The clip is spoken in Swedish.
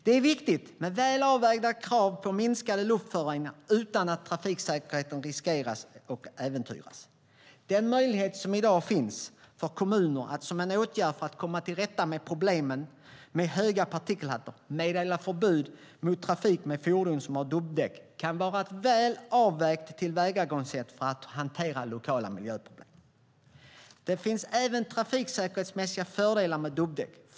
Det är viktigt med väl avvägda krav på minskade luftföroreningar utan att trafiksäkerheten riskerar att äventyras. Den möjlighet som i dag finns för kommuner att som en åtgärd för att komma till rätta med problem med höga partikelhalter meddela förbud mot trafik med fordon som har dubbdäck kan vara ett väl avvägt tillvägagångssätt för att hantera lokala miljöproblem. Det finns även trafiksäkerhetsmässiga fördelar med dubbdäck.